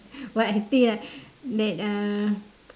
what I think ah that uh